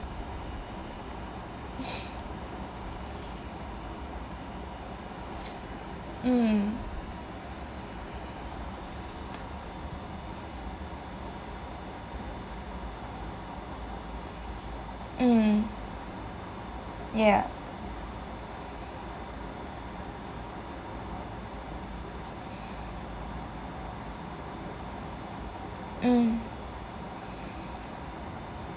mm mm yeah mm